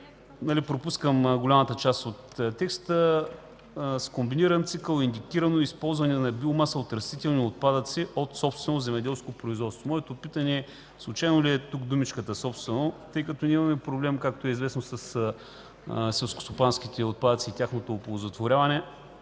пропускам голямата част от текста, „с комбиниран цикъл, индикирано използване на биомаса от растителни отпадъци от собствено земеделско производство”. Моето питане е: специално ли е тук думичката „собствено”, тъй като ние имаме проблем, както е известно, със селскостопанските отпадъци и тяхното оползотворяване.